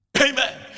amen